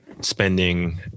spending